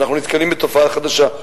ואנחנו נתקלים בתופעה חדשה,